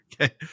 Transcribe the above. Okay